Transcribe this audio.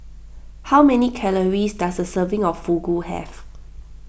how many calories does a serving of Fugu have